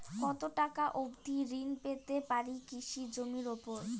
কত টাকা অবধি ঋণ পেতে পারি কৃষি জমির উপর?